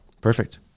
Perfect